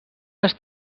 les